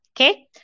Okay